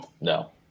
No